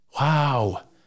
Wow